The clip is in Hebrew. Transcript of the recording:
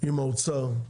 עם האוצר,